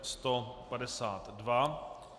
152.